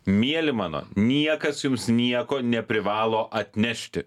mieli mano niekas jums nieko neprivalo atnešti